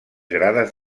grades